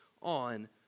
on